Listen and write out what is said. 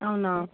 అవునా